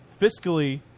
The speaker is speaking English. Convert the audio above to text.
fiscally